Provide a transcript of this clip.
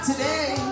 today